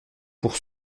pour